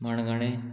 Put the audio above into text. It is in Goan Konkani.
मणगणें